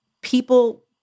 people